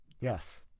Yes